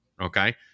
okay